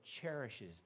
cherishes